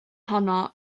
honno